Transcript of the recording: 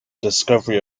discovery